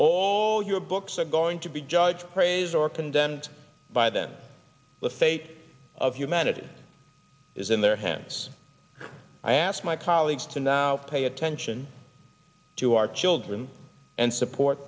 all your books are going to be judged praise or condemned by then the fate of humanity is in their hands i ask my colleagues to now pay attention to our children and support